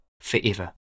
forever